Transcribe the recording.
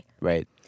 Right